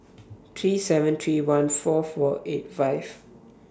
three seven three one four four eight five